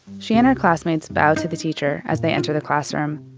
she and her classmates bow to the teacher as they enter the classroom.